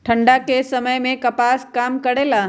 ठंडा के समय मे कपास का काम करेला?